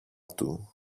του